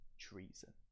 treason